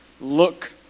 look